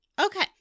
okay